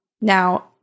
Now